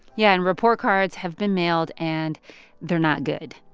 yeah and report cards have been mailed, and they're not good.